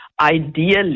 ideally